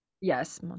Yes